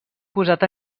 posat